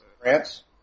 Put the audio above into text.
France